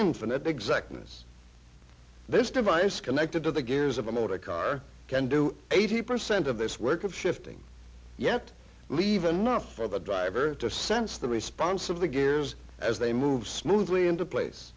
exactness this device connected to the gears of a motor car can do eighty percent of this work of shifting yet leave enough of a driver to sense the response of the gears as they move smoothly into place